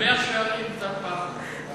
במאה-שערים צריך פחד,